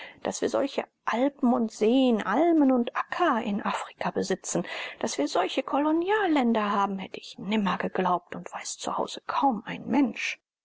daß wir solche alpen und seen almen und acker in afrika besitzen daß wir solche kolonialländer haben hätte ich nimmer geglaubt und weiß zu hause kaum ein mensch